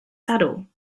saddle